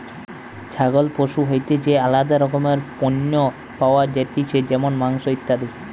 ছাগল পশু হইতে যে আলাদা রকমের পণ্য পাওয়া যাতিছে যেমন মাংস, ইত্যাদি